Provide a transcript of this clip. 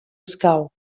escau